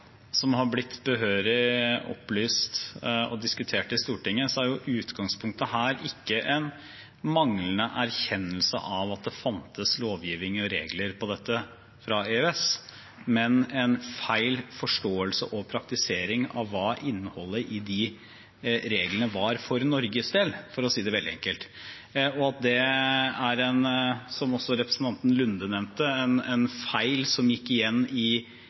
det fantes lovgivning og regler for dette fra EØS, men en feil forståelse og praktisering av hva innholdet i de reglene var for Norges del, for å si det veldig enkelt, og at det er, som også representanten Nordby Lunde nevnte, en feil som gikk igjen i